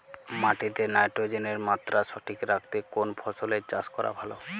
মাটিতে নাইট্রোজেনের মাত্রা সঠিক রাখতে কোন ফসলের চাষ করা ভালো?